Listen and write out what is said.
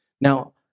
Now